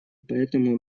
поэтому